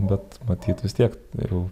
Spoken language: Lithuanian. bet matyt vis tiek jau